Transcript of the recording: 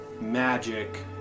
magic